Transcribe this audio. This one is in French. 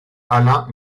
alain